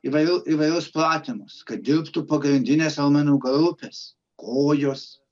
įvairių įvairius pratimus kad dirbtų pagrindinės raumenų grupės kojos